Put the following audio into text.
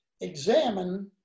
examine